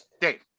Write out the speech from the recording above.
Dave